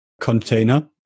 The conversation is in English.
container